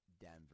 Denver